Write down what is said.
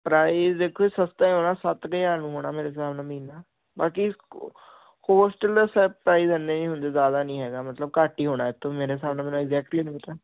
price ਦੇਖੋ ਸਤਾ